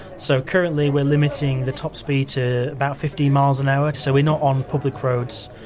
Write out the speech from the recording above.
so, currently we're limiting the top speed to about fifteen miles an hour, so we're not on public roads.